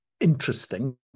interesting